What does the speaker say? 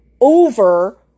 over